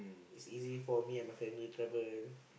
is easy for me and my family travel